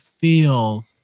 feel